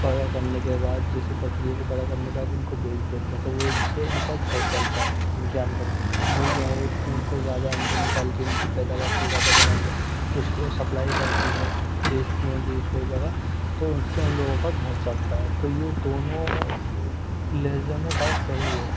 پروا کرنے کے بعد جیسے بکریوں کو بڑا کرنے کے بعد ان کو بیچ دیتے ہیں تو وہ ان سے ان کا گھر چلتا ہے ان کی آمدنی مرغیاں وہ اس کی ان سے زیادہ انڈے نکال کے ان کی پیداوار کو زیادہ بڑھا کے اش کو شپلائی کڑتی ہیں بیچتی ہیں دوسروں جگہ تو اس سے ان لوگوں کا گھر چلتا ہے تو یہ دونوں لہجے میں بات صحیح ہے